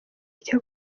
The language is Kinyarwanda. icyo